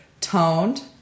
toned